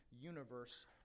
universe